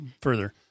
further